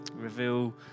reveal